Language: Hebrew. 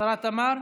השרה תמר?